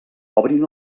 obrin